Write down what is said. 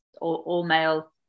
all-male